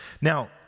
Now